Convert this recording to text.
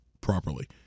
properly